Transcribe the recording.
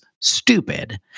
stupid